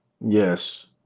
yes